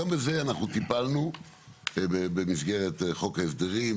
גם בזה אנחנו טיפלנו במסגרת חוק ההסדרים,